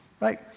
right